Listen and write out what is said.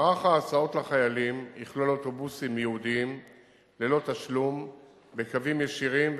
מערך ההסעות לחיילים יכלול אוטובוסים ייעודיים ללא תשלום בקווים ישירים,